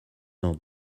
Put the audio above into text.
dans